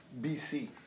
BC